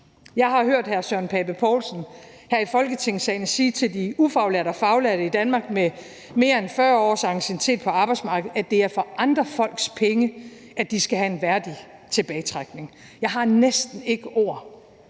Jeg har hørt hr. Søren Pape Poulsen her i Folketingssalen sige til de ufaglærte og faglærte i Danmark med mere end 40 års anciennitet på arbejdsmarkedet, at det er for andres penge, de skal have en værdig tilbagetrækning. Jeg har næsten ikke ord